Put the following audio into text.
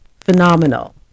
phenomenal